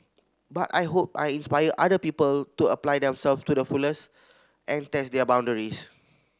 but I hope I inspire other people to apply themselves to the fullest and test their boundaries